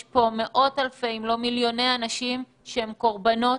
יש פה מאות אלפי, אם לא מיליוני אנשים שהם קורבנות